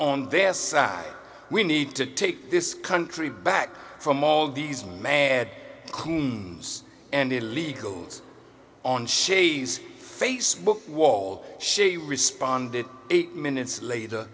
on their side we need to take this country back from all these man cooms and illegals on shay's facebook wall she responded eight minutes later